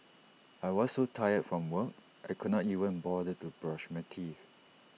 I was so tired from work I could not even bother to brush my teeth